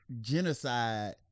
genocide